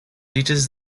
ditches